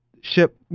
ship